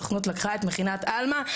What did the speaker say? הסוכנות לקחה את מכינת עלמה,